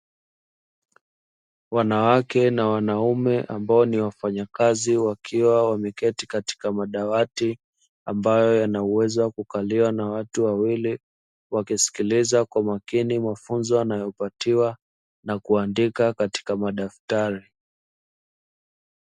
Wanawake na wanaume ambao ni wafanyakazi wakiwa wameketi katika madawati, ambayo yanaweza kukaliwa na watu wawili wakisikiliza kwa makini mafunzo anayopatiwa na kuandika katika madaftari.